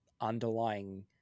underlying